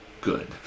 good